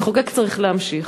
המחוקק צריך להמשיך,